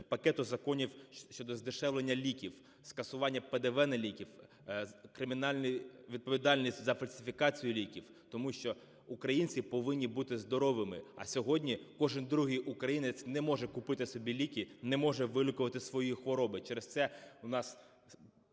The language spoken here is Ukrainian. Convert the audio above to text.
пакету законів щодо здешевлення ліків, скасування ПДВ на ліки, кримінальну відповідальність за фальсифікацію ліків, тому що українці повинні бути здоровими, а сьогодні кожен другий українець не може купити собі ліки, не може вилікувати свої хвороби,